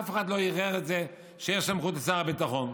אף אחד לא ערער על זה שיש סמכות לשר הביטחון.